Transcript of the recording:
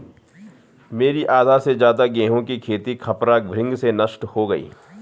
मेरी आधा से ज्यादा गेहूं की खेती खपरा भृंग से नष्ट हो गई